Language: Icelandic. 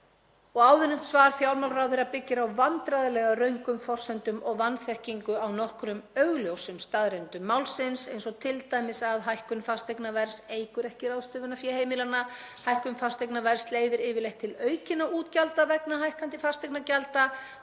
Áðurnefnt svar fjármálaráðherra byggir á vandræðalega röngum forsendum og vanþekkingu á nokkrum augljósum staðreyndum málsins eins og t.d. þeim að hækkun fasteignaverðs eykur ekki ráðstöfunarfé heimilanna, hækkun fasteignaverðs leiðir yfirleitt til aukinna útgjalda vegna hækkandi fasteignagjalda,